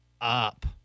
up